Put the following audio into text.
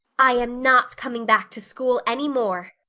i am not coming back to school any more,